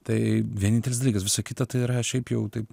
tai vienintelis dalykas visa kita tai yra šiaip jau taip